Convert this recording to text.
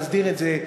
תסדיר את זה,